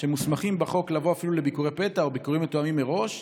הם מוסמכים בחוק לבוא אפילו לביקורי פתע או לביקורים מתואמים מראש,